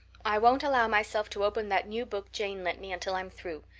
i won't allow myself to open that new book jane lent me until i'm through.